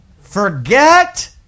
Forget